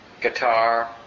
Guitar